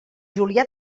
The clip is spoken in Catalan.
julià